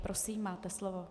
Prosím, máte slovo.